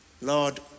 Lord